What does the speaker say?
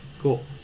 cool